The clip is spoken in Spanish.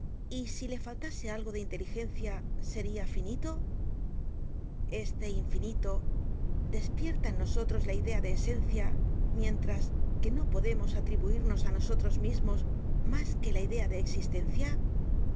y si le faltase algo de inteligencia seria finito este infinito despierta en nosotros la idea de esencia mientras que no podemos atribuirnos á nosotros mismos mas que la idea de existencia